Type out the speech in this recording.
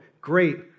Great